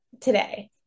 today